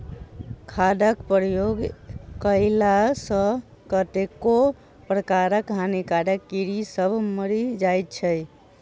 खादक प्रयोग कएला सॅ कतेको प्रकारक हानिकारक कीड़ी सभ मरि जाइत छै